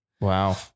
wow